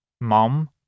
mom